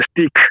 stick